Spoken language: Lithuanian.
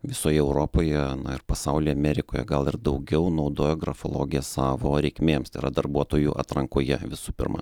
visoje europoje na ir pasauly amerikoje gal ir daugiau naudoja grafologiją savo reikmėms tai yra darbuotojų atrankoje visų pirma